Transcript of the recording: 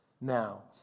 now